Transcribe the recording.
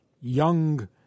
young